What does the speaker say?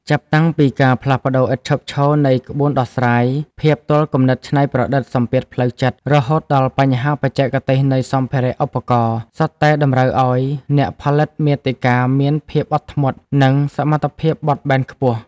ចាប់ពីការផ្លាស់ប្តូរឥតឈប់ឈរនៃ ក្បួនដោះស្រាយ ភាពទាល់គំនិតច្នៃប្រឌិត សម្ពាធផ្លូវចិត្ត រហូតដល់បញ្ហាបច្ចេកទេសនៃសម្ភារៈឧបករណ៍ សុទ្ធតែតម្រូវឱ្យអ្នកផលិតមាតិកាមានភាពអត់ធ្មត់ និងសមត្ថភាពបត់បែនខ្ពស់។